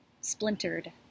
splintered